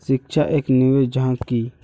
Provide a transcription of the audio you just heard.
शिक्षा एक निवेश जाहा की?